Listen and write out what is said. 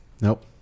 nope